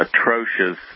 atrocious